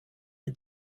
but